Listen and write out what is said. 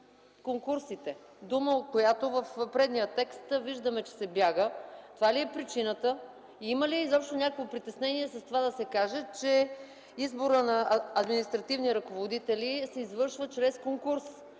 конкурсите – дума, от която в предния текст виждаме, че се бяга. Тя ли е причината? Има ли изобщо някакво притеснение с това да се каже, че изборът на административни ръководители се извършва чрез конкурс,